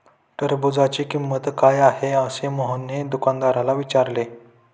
टरबूजाची किंमत काय आहे असे मोहनने दुकानदाराला विचारले?